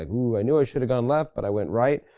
ah oo, i know i shoulda gone left, but i went right.